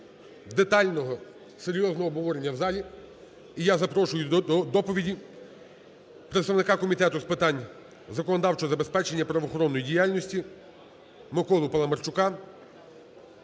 детального, серйозного обговорення в залі. І я запрошую до доповіді представника Комітету з питань законодавчого забезпечення і правоохоронної діяльності Миколу Паламарчука,